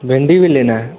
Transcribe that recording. भिन्डी भी लेना है